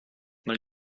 mal